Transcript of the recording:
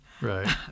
Right